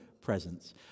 presence